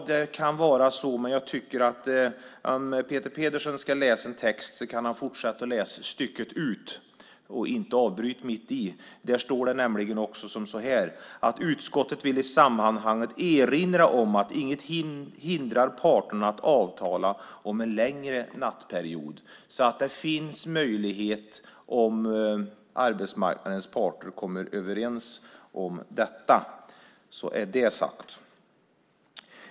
Det kan vara så, men jag tycker att om Peter Pedersen ska läsa en text kan han fortsätta att läsa stycket ut och inte avbryta mitt i. Där står nämligen också så här: "Utskottet vill i sammanhanget erinra om att inget hindrar parterna att avtala om en längre nattperiod." Det finns alltså möjlighet om arbetsmarknadens parter kommer överens om detta. Så var det sagt.